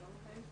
לא מ-ה'.